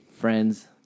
friends